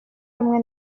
rumwe